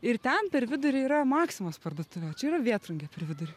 ir ten per vidurį yra maksimos parduotuvė o čia ir vėtrungė per vidurį